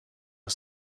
are